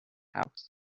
house